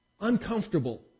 uncomfortable